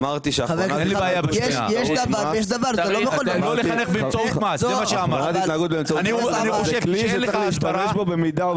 אמרתי שהכוונת התנהגות באמצעות מס זה כלי שיש להשתמש בו במידה.